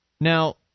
Now